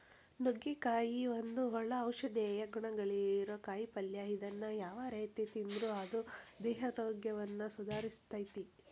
ನುಗ್ಗಿಕಾಯಿ ಒಂದು ಒಳ್ಳೆ ಔಷಧೇಯ ಗುಣಗಳಿರೋ ಕಾಯಿಪಲ್ಲೆ ಇದನ್ನ ಯಾವ ರೇತಿ ತಿಂದ್ರು ಅದು ದೇಹಾರೋಗ್ಯವನ್ನ ಸುಧಾರಸ್ತೆತಿ